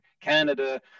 Canada